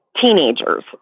teenagers